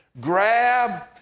grab